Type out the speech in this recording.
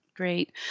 Great